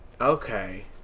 Okay